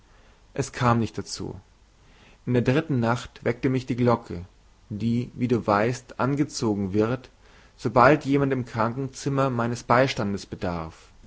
es kam nicht dazu in der dritten nacht weckte mich die glocke die wie du weißt angezogen wird sobald jemand im krankenzimmer meines beistandes bedarf